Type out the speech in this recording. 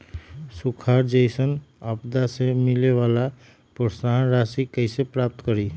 सुखार जैसन आपदा से मिले वाला प्रोत्साहन राशि कईसे प्राप्त करी?